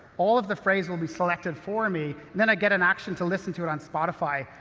all of the phrase will be selected for me, and then i get an action to listen to it on spotify,